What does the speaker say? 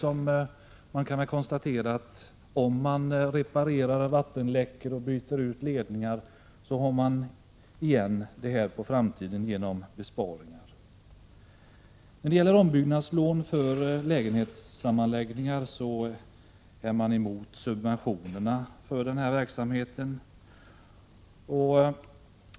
Om man reparerar vattenläckor och byter ut ledningar har man igen det i form av besparingar i framtiden. När det gäller ombyggnadslån för lägenhetssammanslagningar är man emot subventionerna för denna verksamhet.